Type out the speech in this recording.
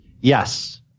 Yes